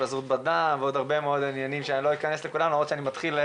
התפזרות בדם ודברים נוספים שלא אכנס להם עכשיו.